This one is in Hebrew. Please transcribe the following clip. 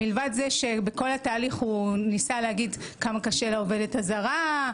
מלבד זה שבכל התהליך הוא ניסה להגיד כמה קשה לעובדת הזרה,